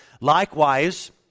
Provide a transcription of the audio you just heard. Likewise